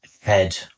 head